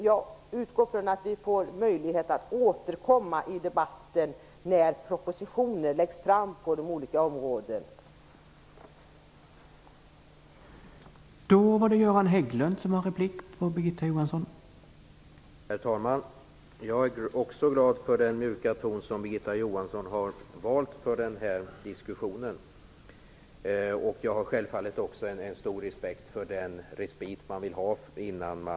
Jag utgår ifrån att vi får möjlighet att återkomma i debatter när propositioner på de olika områdena läggs fram.